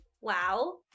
wow